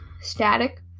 static